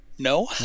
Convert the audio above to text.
no